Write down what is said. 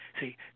see